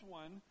one